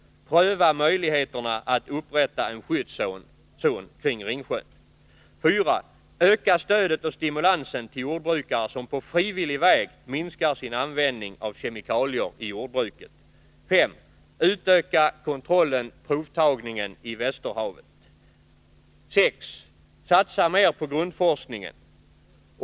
Pröva möjligheterna att upprätta en skyddszon kring Ringsjön. 4. Ökastödet och stimulansen till jordbrukare som på frivillig väg minskar sin användning av kemikalier i jordbruket. 6. Satsa mer på grundforskningen.